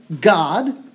God